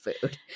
food